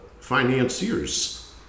financiers